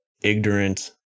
ignorant